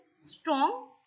strong